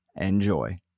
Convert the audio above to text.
Enjoy